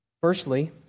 Firstly